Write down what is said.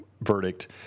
verdict